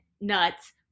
nuts